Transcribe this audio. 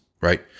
right